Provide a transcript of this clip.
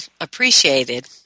appreciated